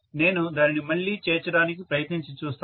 నేను దానిని మళ్ళీ చేర్చడానికి ప్రయత్నించి చూస్తాను